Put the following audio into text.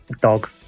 dog